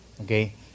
okay